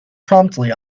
promptly